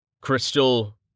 Crystal